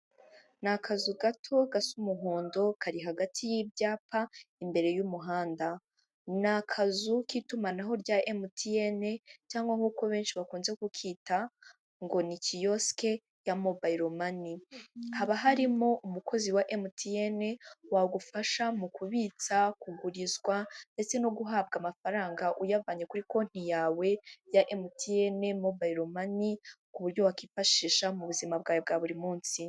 Ni akazu gato gasa umuhondo kari hagati y'ibyapa imbere y'umuhanda n'akazu k'itumanaho rya MTN cyangwa nkuko benshi bakunze kuyita ngo ni kiyoske ya mobile money. Haba harimo umukozi wa MTN wagufasha mu kubitsa kugurizwa ndetse no guhabwa amafaranga uyavanye kuri konti yawe ya mtne mobile money ku buryo wakwifashisha mu buzima bwawe bwa buri munsi.